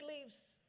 leaves